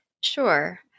Sure